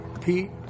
Pete